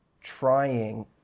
trying